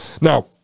Now